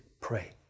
pray